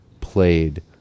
played